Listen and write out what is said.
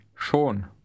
Schon